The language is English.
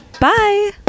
bye